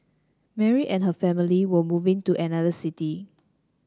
Mary and her family were moving to another city